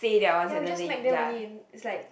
ya we just smack them only it's like